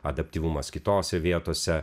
adaptyvumas kitose vietose